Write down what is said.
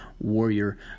warrior